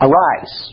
Arise